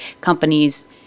companies